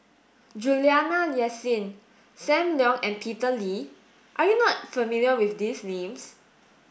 Juliana Yasin Sam Leong and Peter Lee are you not familiar with these names